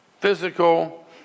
physical